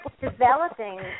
developing